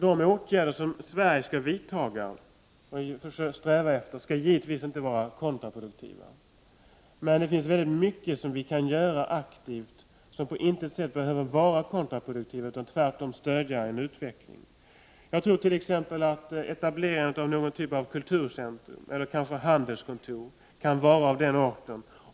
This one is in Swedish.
De åtgärder som Sverige skall sträva efter skall givetvis inte vara kontraproduktiva. Men det finns mycket som vi kan göra aktivt och som på intet sätt behöver vara kontraproduktivt utan tvärtom kan stödja en utveckling. Jag tror t.ex. att etablering av någon typ av kulturcentrum, eller kanske handelskontor, kan vara av den arten.